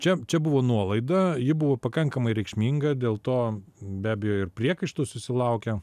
na čia čia buvo nuolaida ji buvo pakankamai reikšminga dėl to be abejo ir priekaištų susilaukė